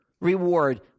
reward